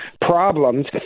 problems